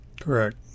Correct